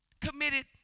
committed